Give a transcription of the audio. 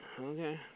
Okay